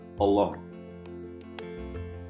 alone